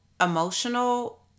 emotional